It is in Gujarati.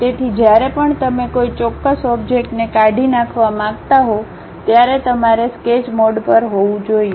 તેથી જ્યારે પણ તમે કોઈ ચોક્કસ ઓબ્જેક્ટને કાઢી નાખવા માંગતા હો ત્યારે તમારે સ્કેચ મોડ પર હોવું જોઈએ